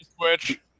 Switch